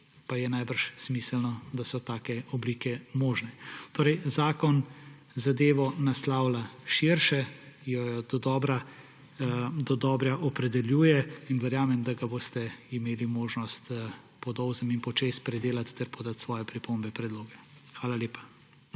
pa je najbrž smiselno, da so take oblike možne. Torej zakon zadevo naslavlja širše, jo dodobra opredeljuje in verjamem, da ga boste imeli možnost po dolgem in počez predelati ter podati svoje pripombe in predloge. Hvala lepa.